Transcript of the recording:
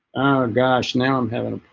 gosh now i'm having